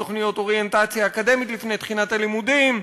תוכניות אוריינטציה אקדמית לפני תחילת הלימודים,